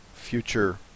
future